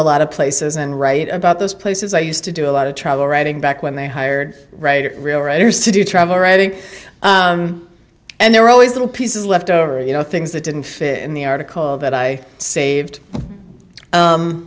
a lot of places and write about those places i used to do a lot of travel writing back when they hired writer real writers to do travel writing and they're always little pieces left over you know things that didn't fit in the article that i saved